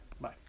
Bye